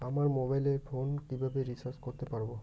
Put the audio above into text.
আমার mobile phone কিভাবে recharge করতে পারব?